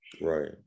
Right